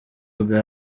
bwa